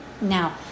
Now